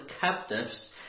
captives